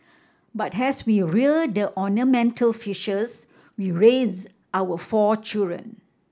but has we rear the ornamental fishes we raised our four children